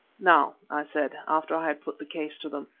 now, i said, after i had put the case to them,